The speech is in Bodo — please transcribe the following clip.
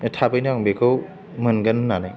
थाबैनो आं बेखौ मोनगोन होननानै